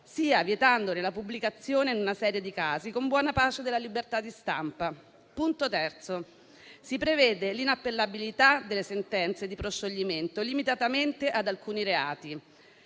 sia vietandone la pubblicazione in una serie di casi, con buona pace della libertà di stampa. Punto terzo: si prevede l'inappellabilità delle sentenze di proscioglimento limitatamente ad alcuni reati.